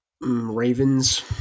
Ravens